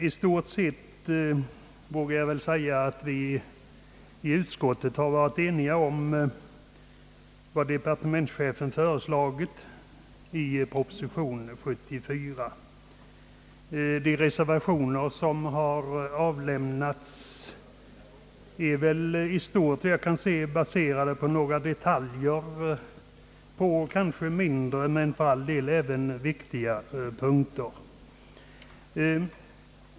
I stort sett vågar jag väl säga att utskottet har varit ense om vad departementschefen föreslagit i proposition nr 74, De reservationer som avlämnats gäller i stort, vad jag kan se, några detaljer på kanske mindre, men i vissa fall för all del även viktiga punkter.